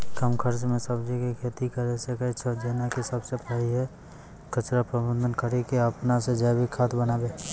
कम खर्च मे सब्जी के खेती करै सकै छौ जेना कि सबसे पहिले कचरा प्रबंधन कड़ी के अपन से जैविक खाद बनाबे?